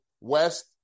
west